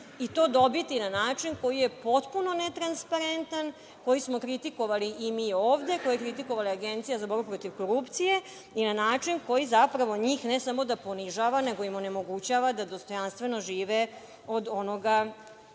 i dobiti na način koji je potpuno netransparentan, koji smo kritikovali i mi ovde, koji je kritikovala Agencija za borbu protiv korupcije i na način koji zapravo njih ne samo da ponižava, nego im onemogućava da dostojanstveno žive od onoga